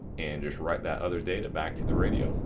and just write that other data back to the radio,